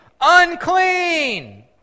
unclean